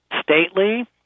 stately